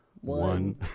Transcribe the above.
One